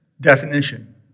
definition